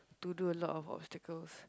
to do a lot of obstacles